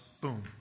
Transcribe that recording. boom